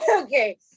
Okay